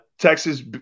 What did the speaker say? Texas